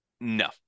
No